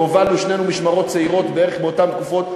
והובלנו שנינו משמרות צעירות בערך באותן תקופות,